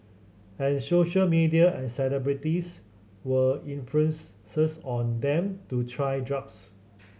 and social media and celebrities were influence on them to try drugs